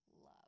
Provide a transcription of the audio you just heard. love